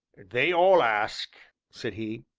they all ask! said he.